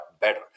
better